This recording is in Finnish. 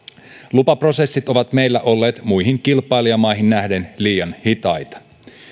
lupaprosessit ovat meillä olleet muihin kilpailijamaihin nähden liian hitaita